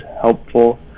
helpful